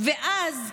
ואז,